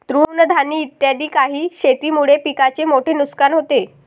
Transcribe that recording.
तृणधानी इत्यादी काही शेतीमुळे पिकाचे मोठे नुकसान होते